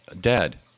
dead